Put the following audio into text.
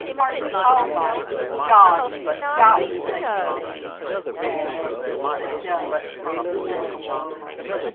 are he oh my gosh. she's got to think of me as the dumbest person in the world